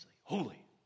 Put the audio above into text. holy